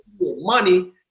money